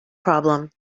problem